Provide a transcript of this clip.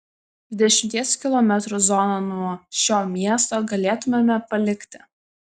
dvidešimties kilometrų zoną nuo šio miesto galėtumėme palikti